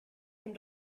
dem